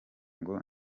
ngo